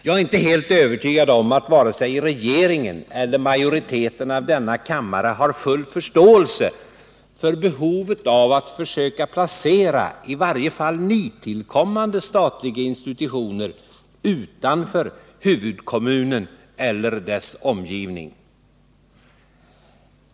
Jag är inte helt övertygad om att vare sig regeringen eller majoriteten av denna kammare har full förståelse för behovet av att försöka placera i varje fall nytillkommande statliga institutioner utanför huvudkommunen eller dess omgivning.